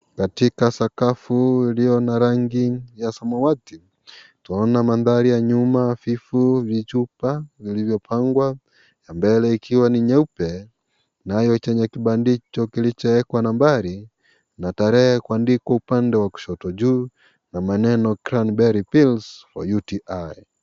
Katika sakafu ilio na rangi ya samawati. Tunaona mandhari ya nyuma, vitu vichupa vilivyopangwa na mbele ikiwa ni nyeupe nayo chenye kilandicho kilichoekwa nambari na tarehe kuandikwa upande wa kushoto juu na maneno grandberry pills wa UTI.